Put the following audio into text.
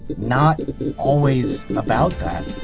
not always about that.